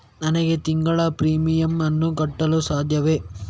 ನನಗೆ ತಿಂಗಳ ಪ್ರೀಮಿಯಮ್ ಅನ್ನು ಕಟ್ಟಲು ಸಾಧ್ಯವೇ?